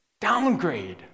downgrade